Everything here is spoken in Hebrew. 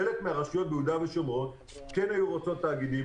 חלק מהרשויות ביהודה ושומרון היו רוצות תאגידים.